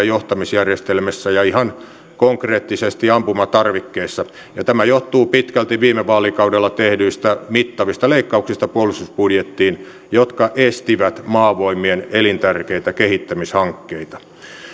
johtamisjärjestelmissä ja ihan konkreettisesti ampumatarvikkeissa tämä johtuu pitkälti viime vaalikaudella tehdyistä mittavista leikkauksista puolustusbudjettiin jotka estivät maavoimien elintärkeitä kehittämishankkeita